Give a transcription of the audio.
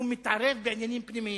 שהוא מתערב בעניינים פנימיים.